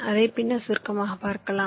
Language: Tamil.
அதை பின்னர் சுருக்கமாக பார்க்கலாம்